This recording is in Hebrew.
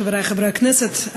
חברי חברי הכנסת,